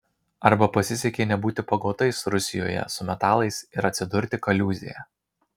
arba pasisekė nebūti pagautais rusijoje su metalais ir atsidurti kaliūzėje